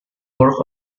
work